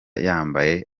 yambaye